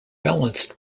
balanced